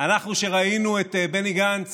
אנחנו שראינו את בני גנץ